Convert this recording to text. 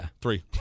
Three